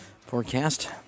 forecast